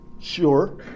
sure